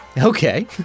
Okay